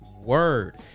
word